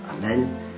Amen